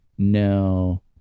No